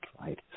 right